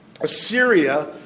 Assyria